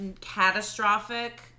catastrophic